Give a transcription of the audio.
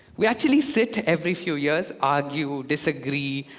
we actually sit every few years, argue, disagree,